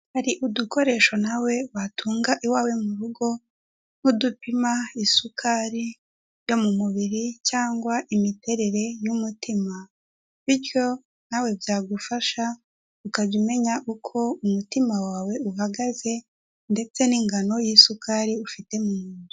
Hari udukoresho na we watunga iwawe mu rugo nk'udupima isukari yo mu mubiri cyangwa imiterere y'umutima bityo na we byagufasha ukajya umenya uko umutima wawe uhagaze ndetse n'ingano y'isukari ufite mu mubiri.